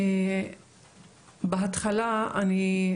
בהתחלה אני,